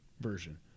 version